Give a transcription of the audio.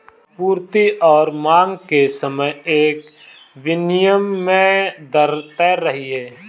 आपूर्ति और मांग के समय एक विनिमय दर तैर रही है